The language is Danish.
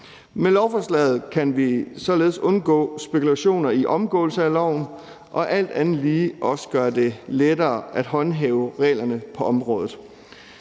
Med lovforslaget kan vi således undgå spekulationer i omgåelse af loven, og alt andet lige kan vi også gøre det lettere at håndhæve reglerne på området.